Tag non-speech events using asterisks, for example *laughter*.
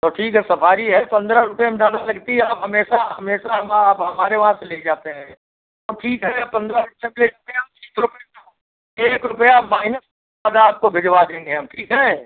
तो ठीक है सफारी है पन्द्रह रुपये में जानो लगती है आप हमेशा हमेशा हमा आप हमारे वहाँ से ले जाते हैं तो ठीक है पन्द्रह रुपये बेचते हम तीस रुपये का एक रुपया अब माइनस *unintelligible* दादा आपको भिजवा देंगे हम ठीक है